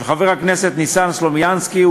של חבר הכנסת ניסן סלומינסקי,